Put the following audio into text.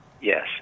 Yes